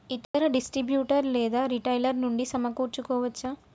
ఇతర డిస్ట్రిబ్యూటర్ లేదా రిటైలర్ నుండి సమకూర్చుకోవచ్చా?